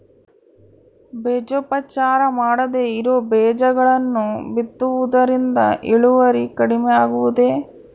ಬೇಜೋಪಚಾರ ಮಾಡದೇ ಇರೋ ಬೇಜಗಳನ್ನು ಬಿತ್ತುವುದರಿಂದ ಇಳುವರಿ ಕಡಿಮೆ ಆಗುವುದೇ?